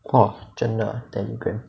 !wah! 真的 Telegram